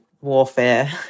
warfare